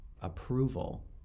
approval